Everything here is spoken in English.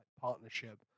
partnership